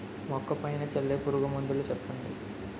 మొక్క పైన చల్లే పురుగు మందులు చెప్పండి?